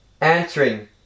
Answering